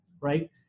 right